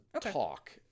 talk